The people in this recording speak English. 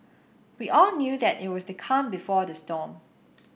we all knew that it was the calm before the storm